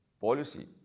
policy